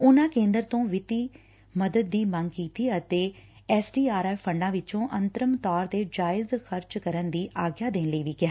ਉਨੂਾ ਕੇਂਦਰ ਤੋਂ ਵਿੱਤੀ ਮਦਦ ਦੀ ਮੰਗ ਕੀਤੀ ਅਤੇ ਐਸ ਡੀ ਆਰ ਐਫ਼ ਫੰਡਾਂ ਵਿਚੋਂ ਅੰਤਰਿਮ ਤੌਰ ਤੇ ਜਾਇਜ਼ ਖਰਚ ਕਰਨ ਦੀ ਆਗਿਆ ਦੇਣ ਲਈ ਕਿਹਾ